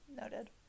Noted